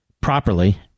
properly